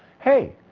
hey,